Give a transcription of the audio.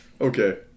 Okay